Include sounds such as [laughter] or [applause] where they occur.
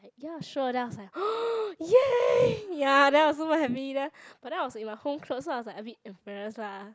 ya sure then I was like [noise] !yay! ya then I was super happy but then I was in my home clothes so I was like a bit embarrassed lah